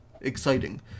Exciting